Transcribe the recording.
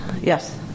Yes